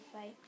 fight